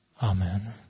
Amen